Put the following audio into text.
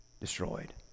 destroyed